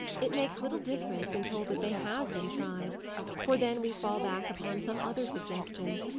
it makes little difference when told that they have been tried for then we fall back upon some other suggestion.